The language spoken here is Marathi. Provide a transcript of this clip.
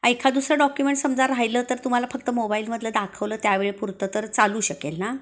एखाददुसरं डॉक्युमेंट समजा राहिलं तर तुम्हाला फक्त मोबाइलमधलं दाखवलं त्यावेळपुरतं तर चालू शकेल ना